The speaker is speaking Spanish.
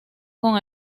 con